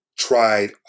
tried